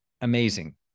amazing